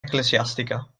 ecclesiastica